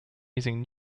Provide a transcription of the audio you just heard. using